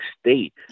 State